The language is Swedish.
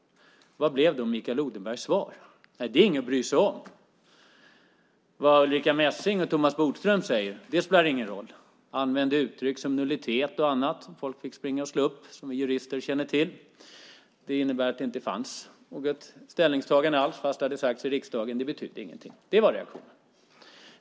Mikael Odenbergs svar blev då att det inte är något att bry sig om. Det Ulrica Messing och Thomas Bodström säger spelar ingen roll. Han använde uttryck som nullitet och annat som folk fick springa och slå upp, men som vi jurister känner till. Det innebar att det inte fanns något ställningstagande alls trots att det hade sagts i riksdagen. Det betydde ingenting; det var reaktionen.